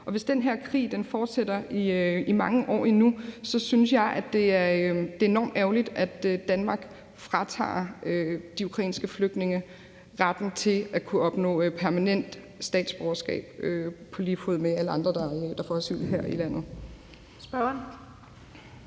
Og hvis den her krig fortsætter i mange år endnu, synes jeg, det er enormt ærgerligt, at Danmark fratager de ukrainske flygtninge retten til at kunne opnå permanent statsborgerskab på lige fod med alle andre, der får asyl her i landet.